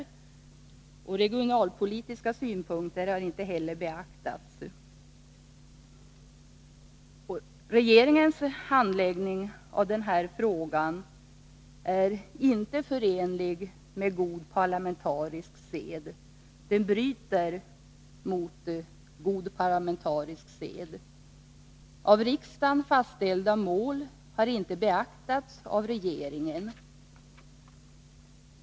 Inte heller har regionalpolitiska synpunkter beaktats. Regeringens handläggning av den här frågan är inte förenlig med god parlamentarisk sed; den bryter mot god parlamentarisk sed. Av riksdagen fastställda mål har inte beaktats av regeringen.